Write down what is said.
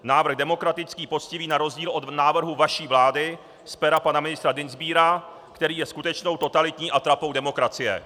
Návrh demokratický, poctivý, na rozdíl od návrhu vaší vlády z pera pana ministra Dienstbiera, který je skutečnou totalitní atrapou demokracie.